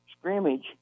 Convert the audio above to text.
scrimmage